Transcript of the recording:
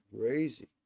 Crazy